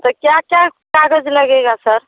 तो क्या क्या कागज़ लगेगा सर